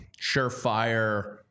surefire